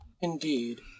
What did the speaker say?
Indeed